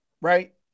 right